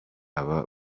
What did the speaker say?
aba